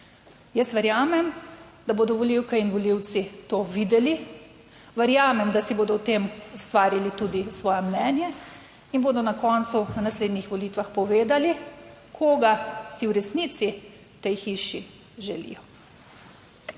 Jaz verjamem, da bodo volivke in volivci to videli. Verjamem, da si bodo o tem ustvarili tudi svoje mnenje in bodo na koncu na naslednjih volitvah povedali, koga si v resnici v tej hiši želijo.